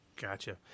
Gotcha